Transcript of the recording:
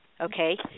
Okay